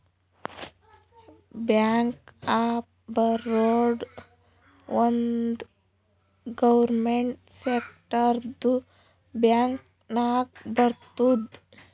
bank of Baroda ಒಂದ್ government ಸೆಕ್ಟರ್ದು bank ನಾಗ್ ಬರ್ತುದ್